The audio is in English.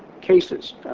cases